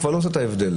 כבר אין הבדל,